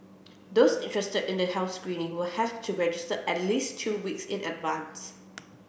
those interested in the health screening will have to register at least two weeks in advance